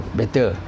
better